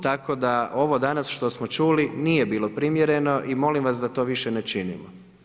Tako, da, ovo danas što smo čuli, nije bilo primjereno i molim vas da to više ne činimo.